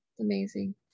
Amazing